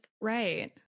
Right